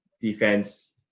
defense